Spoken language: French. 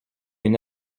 une